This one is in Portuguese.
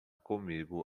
comigo